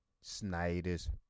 Snyder's